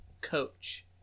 coach